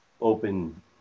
open